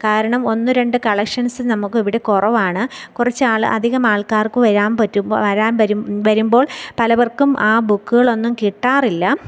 കാരണം ഒന്ന് രണ്ട് കളക്ഷൻസ് നമുക്കിവിടെ കുറവാണ് കുറച്ചാൾ അധികം ആൾക്കാർക്ക് വരാൻ പറ്റുമ്പോൾ വരാൻ വരും വരുമ്പോൾ പലർക്കും ആ ബുക്കുകളൊന്നും കിട്ടാറില്ല